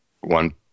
one